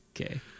Okay